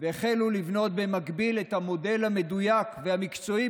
והחלו לבנות במקביל את המודל המדויק והמקצועי